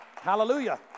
Hallelujah